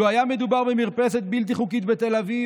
לו היה מדובר במרפסת בלתי חוקית בתל אביב,